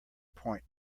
point